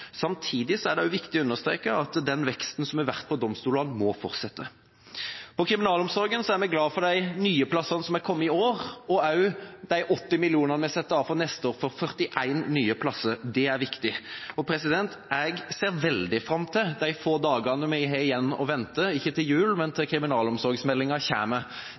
Samtidig er det viktig å understreke at den veksten som har vært for domstolene, må fortsette. Når det gjelder kriminalomsorgen, er vi glad for de nye plassene som er kommet i år, og også for de 80 mill. kr som er satt av for neste år til 41 nye plasser. Det er viktig. Jeg ser veldig fram til de få dagene vi har igjen å vente, ikke til jul, men til kriminalomsorgsmeldinga